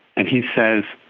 and he says,